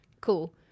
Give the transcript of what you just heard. cool